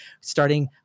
starting